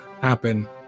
happen